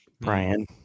Brian